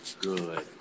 good